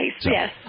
yes